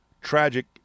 tragic